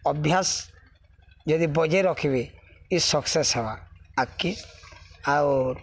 ଅଭ୍ୟାସ୍ ଯଦି ବଜେଇ ରଖିବେ ଇ ସକ୍ସେସ୍ ହେବା ଆଗ୍କେ ଆଉ